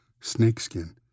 snakeskin